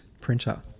printer